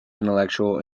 intellectual